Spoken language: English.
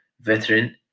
veteran